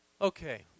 Okay